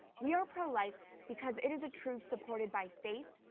we are pro-life because it is a truth supported by faith,